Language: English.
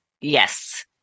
Yes